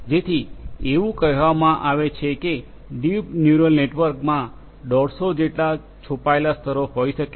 જેથી એવું કહેવામાં આવે છે કે ડીપ ન્યુરલ નેટવર્ક માં 150 જેટલા છુપાયેલા સ્તરો હોઈ શકે છે